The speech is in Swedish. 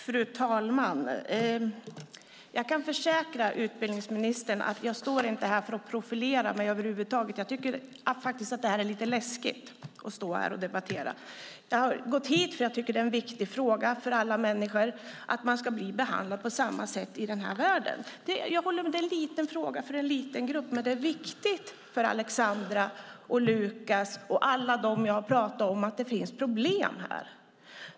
Fru talman! Jag kan försäkra utbildningsministern om att jag inte står här för att profilera mig. Jag tycker faktiskt att det är lite läskigt att stå här och debattera. Jag har gått hit eftersom jag tycker att det är en viktig fråga för alla människor att man blir behandlad på samma sätt i den här världen. Det är en liten fråga för en liten grupp, men den är viktigt för Alexandra, Lukas och alla dem som jag har pratat om. Det finns problem här.